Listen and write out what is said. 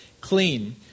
clean